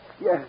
yes